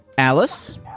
Alice